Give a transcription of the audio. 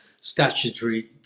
statutory